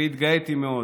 והתגאיתי מאוד.